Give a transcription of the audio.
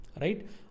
right